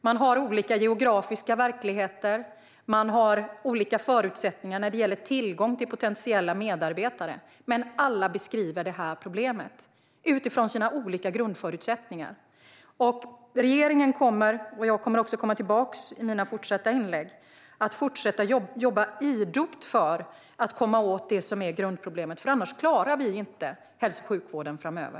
Man har olika geografiska verkligheter och olika förutsättningar för tillgång till potentiella medarbetare, men alla beskriver det här problemet utifrån sina olika grundförutsättningar. Regeringen kommer - och jag återkommer till det i mina nästa inlägg - att fortsätta att jobba idogt för att komma åt det som är grundproblemet. Annars klarar vi inte hälso och sjukvården framöver.